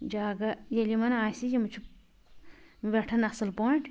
جگہ ییٚلہِ یِمن آسہِ یِم چھِ ویٚٹھان اصٕل پٲٹھۍ